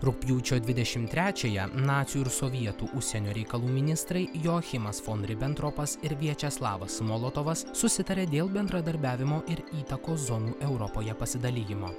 rugpjūčio dvidešim trečiąją nacių ir sovietų užsienio reikalų ministrai joachimas fon ribentropas ir viačeslavas molotovas susitarė dėl bendradarbiavimo ir įtakos zonų europoje pasidalijimo